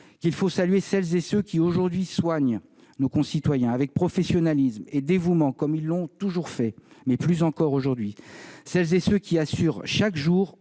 qu'il faut saluer celles et ceux qui aujourd'hui soignent nos concitoyens, avec professionnalisme et dévouement comme ils l'ont toujours fait, mais plus encore aujourd'hui, celles et ceux qui assurent chaque jour